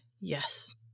yes